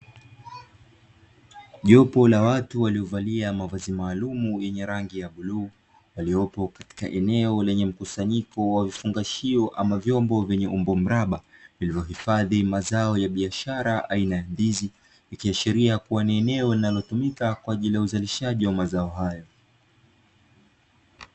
Jopo la watu waliovalia mavazi maalumu yenye rangi ya bluu, waliopo katika eneo lenye mkusanyiko wa vifungashio ama vyombo vyenye umbo mraba. Vilivyohifadhi mazao ya biashara aina ya ndizi, ikiashiria kuwa ni eneo linalotumika kwa ajili ya uzalishaji wa mazao hayo.